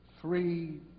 three